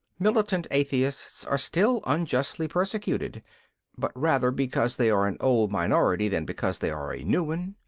militant atheists are still unjustly persecuted but rather because they are an old minority than because they are a new one.